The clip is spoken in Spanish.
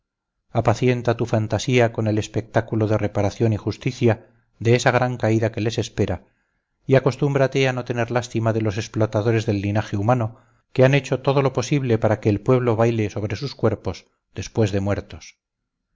lodo apacienta tu fantasía con el espectáculo de reparación y justicia de esa gran caída que les espera y acostúmbrate a no tener lástima de los explotadores del linaje humano que han hecho todo lo posible para que el pueblo baile sobre sus cuerpos después de muertos